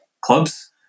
clubs